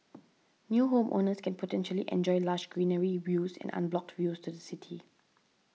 new homeowners can potentially enjoy lush greenery views and unblocked views to the city